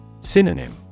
Synonym